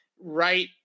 right